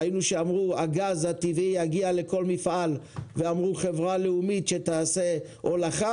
ראינו שאמרו שהגז הטבעי יגיע לכל מפעל ואמרו שחברה לאומית שתעשה הולכה